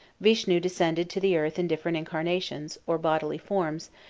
vishnu descended to the earth in different incarnations, or bodily forms,